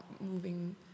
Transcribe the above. moving